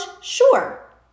Sure